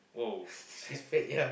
!woah! sad